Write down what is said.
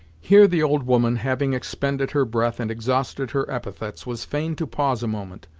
here the old woman, having expended her breath and exhausted her epithets, was fain to pause a moment,